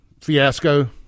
Fiasco